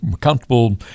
comfortable